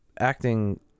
acting